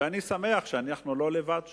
אני שמח שאנחנו לא לבד שם.